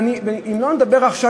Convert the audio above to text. ואם לא נדבר עכשיו,